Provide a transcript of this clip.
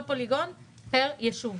כל פוליגון פר ישוב.